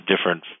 different